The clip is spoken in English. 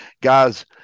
Guys